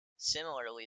similarly